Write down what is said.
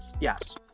yes